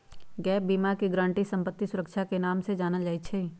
gap बीमा के guarantee संपत्ति सुरक्षा के नाम से जानल जाई छई